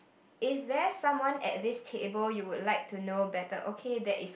is there someone at this table you would like to know better okay there is